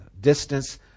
distance